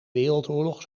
wereldoorlog